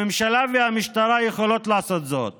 הממשלה והמשטרה יכולות לעשות זאת